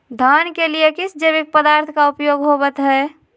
धान के लिए किस जैविक पदार्थ का उपयोग होवत है?